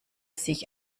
sich